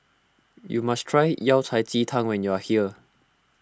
you must try Yao Cai Ji Tang when you are here